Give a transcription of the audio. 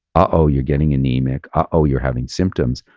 oh, you're getting anemic, oh oh, you're having symptoms,